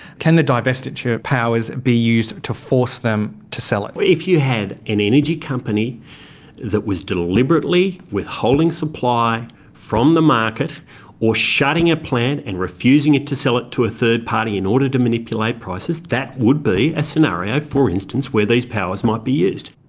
can the divestiture powers be used to force them to sell it? if you had an energy company that was deliberately withholding supply from the market or shutting a plant and refusing to sell it to a third party in order to manipulate prices, that would be a scenario for instance where these powers might be used.